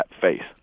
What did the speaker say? face